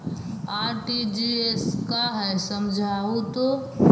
RTGS का है समझाहू तो?